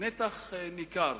נתח ניכר